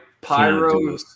Pyro